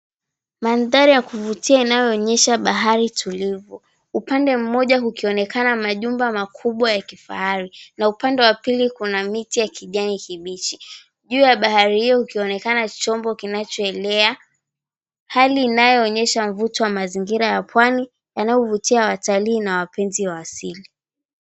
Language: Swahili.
Manthari ya kuvutia, inayoonyesha bahari tulivu. Upande mmoja ukionekana majumba makubwa ya kifahari, na upande wa pili kuna miti ya kijani kibichi. Juu ya bahari hiyo, ikionekana chombo kinachoelea, hali inayoonyesha mvuto wa mazingira ya pwani, yanayovutia watalii na wapenzi wawasili.